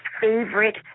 favorite